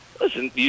Listen